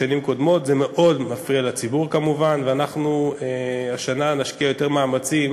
סוג של אקמול, היא פותרת את העניין רק לכמה ימים,